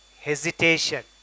hesitation